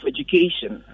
Education